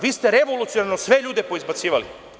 Vi ste revolucionarno sve ljude poizbacivali.